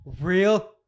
Real